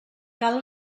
cal